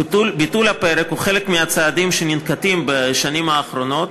ביטול הפרק הוא חלק מהצעדים שננקטים בשנים האחרונות